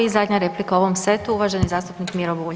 I zadnja replika u ovom setu, uvaženi zastupnik Miro Bulj.